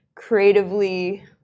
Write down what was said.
creatively